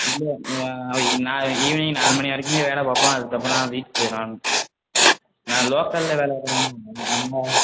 இல்லை நாளைக்கு நாளைக்கு ஈவினிங் நாலு மணி வரைக்குமே வேலை பார்ப்போம் அதுக்கப்புறம் வீட்டுக்கு போயிருவேன் நான் லோக்கலில் வேலை பார்க்குறேன் அதனால்